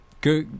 go